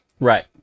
right